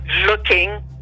looking